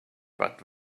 but